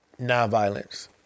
nonviolence